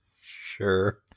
Sure